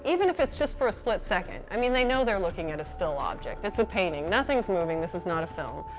even if it's just for a split second. i mean, they know they're looking at a still object it's a painting, nothing's moving, this is not a film.